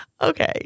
Okay